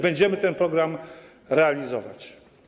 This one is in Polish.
Będziemy ten program realizować.